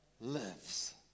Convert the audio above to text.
lives